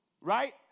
Right